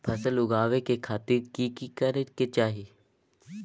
फसल उगाबै के खातिर की की करै के चाही?